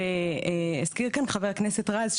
הזכיר כאן חה"כ רז,